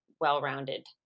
well-rounded